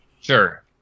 sure